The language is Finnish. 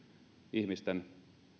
ihmisten